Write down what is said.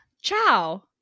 Ciao